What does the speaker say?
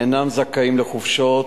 אינם זכאים לחופשות,